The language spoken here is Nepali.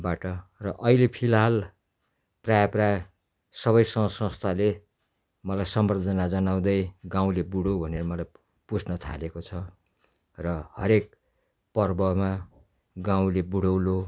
बाट र अहिले फिलहाल प्रायः प्रायः सबै सङ्घ संस्थाले मलाई सम्वर्द्धना जनाउँदै गाउँले बुढो भनेर मलाई पुज्न थालेको छ र हरेक पर्वमा गाउँले बुढौलो